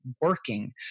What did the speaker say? working